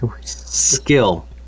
skill